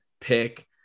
pick